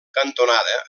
cantonada